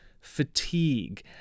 fatigue